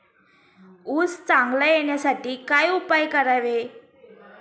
ऊस चांगला येण्यासाठी काय उपाय करावे?